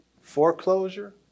foreclosure